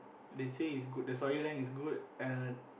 they say its good the story line is good and